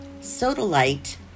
Sodalite